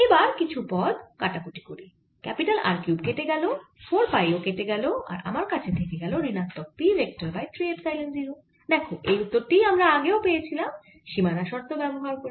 এবার কিছু পদ কাটাকুটি করি R কিউব কেটে গেল 4 পাই ও কেটে গেল আর আমার কাছে থেকে গেল ঋণাত্মক P ভেক্টর বাই 3 এপসাইলন 0 দেখো এই উত্তর টিই আমরা আগেও পেয়েছিলাম সীমানা শর্ত ব্যবহার করে